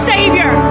Savior